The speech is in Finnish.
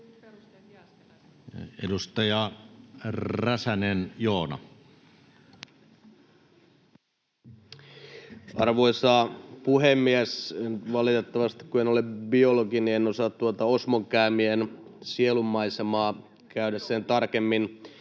14:41 Content: Arvoisa puhemies! Kun valitettavasti en ole biologi, niin en osaa tuota osmankäämien sielunmaisemaa käydä sen tarkemmin